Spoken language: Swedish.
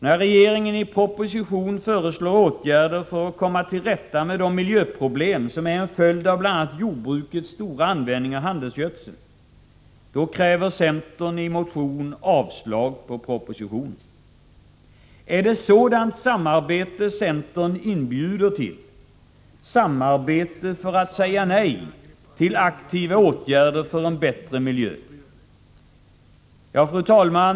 När regeringen i en proposition föreslår åtgärder för att komma till rätta med de miljöproblem som är en följd av bl.a. jordbrukets omfattande användning av handelsgödsel, då kräver centern i en motion avslag på propositionen. Är det sådant samarbete centern inbjuder till? — samarbete för att säga nej till aktiva åtgärder för en bättre miljö? Fru talman!